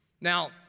Now